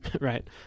right